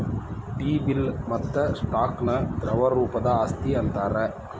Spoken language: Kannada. ಟಿ ಬಿಲ್ ಮತ್ತ ಸ್ಟಾಕ್ ನ ದ್ರವ ರೂಪದ್ ಆಸ್ತಿ ಅಂತಾರ್